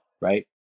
right